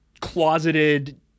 closeted